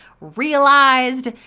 realized